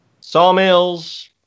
sawmills